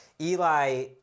Eli